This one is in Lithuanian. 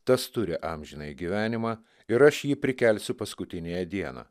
tas turi amžinąjį gyvenimą ir aš jį prikelsiu paskutiniąją dieną